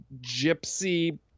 gypsy